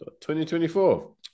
2024